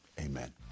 amen